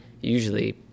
usually